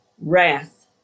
wrath